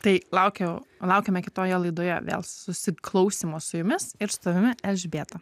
tai laukiau laukiame kitoje laidoje vėl susiklausymo su jumis ir su tavimi elžbieta